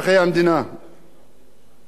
ומשלם אגרות טלוויזיה,